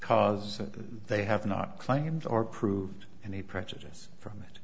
because they have not claimed or proved any prejudice from it